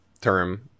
term